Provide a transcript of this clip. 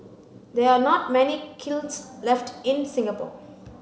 there are not many kilns left in Singapore